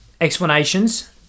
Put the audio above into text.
explanations